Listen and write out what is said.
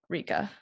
Rika